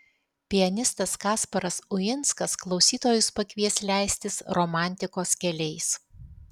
pianistas kasparas uinskas klausytojus pakvies leistis romantikos keliais